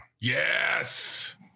Yes